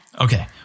Okay